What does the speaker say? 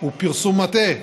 הוא פרסום מטעה,